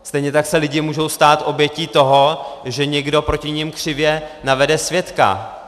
Stejně tak se lidi můžou stát obětí toho, že někdo proti nim křivě navede svědka.